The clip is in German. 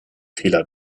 fehler